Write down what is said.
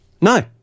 No